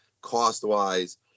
cost-wise